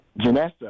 Janessa